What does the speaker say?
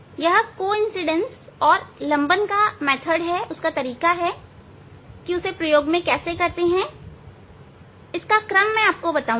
यह को इंसीडेंट और लंबन तरीका परंतु प्रयोग में कैसे करते हैं मैं इसका क्रम बताऊंगा